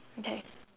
okay